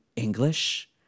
English